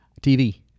TV